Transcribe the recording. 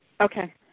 Okay